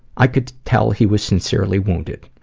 i could tell he was sincerely wounded.